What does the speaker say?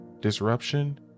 disruption